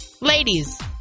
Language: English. Ladies